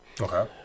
Okay